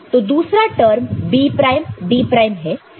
तो दूसरा term B prime D prime है